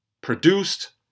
produced